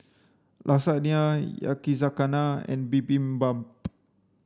Lasagna Yakizakana and Bibimbap